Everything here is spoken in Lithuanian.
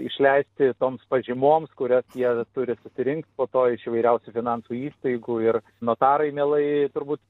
išleisti toms pažymoms kurias jie turi susirinkt po to iš įvairiausių finansų įstaigų ir notarai mielai turbūt